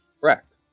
Correct